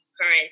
current